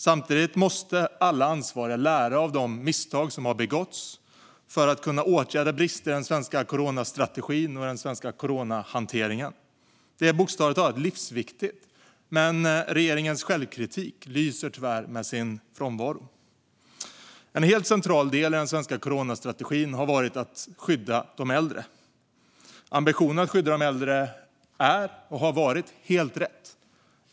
Samtidigt måste alla ansvariga lära av de misstag som har begåtts för att vi ska kunna åtgärda brister i den svenska coronastrategin och den svenska coronahanteringen. Detta är bokstavligt talat livsviktigt, men regeringens självkritik lyser tyvärr med sin frånvaro. En helt central del i regeringens coronastrategi har varit att skydda de äldre. Ambitionen att skydda de äldre är och har varit helt rätt.